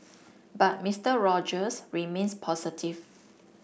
but Mister Rogers remains positive